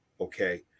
okay